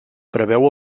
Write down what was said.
preveu